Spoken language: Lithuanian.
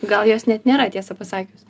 gal jos net nėra tiesą pasakius